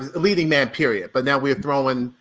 leading man period, but now we're throwing,